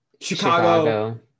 Chicago